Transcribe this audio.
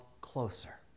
closer